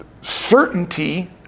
certainty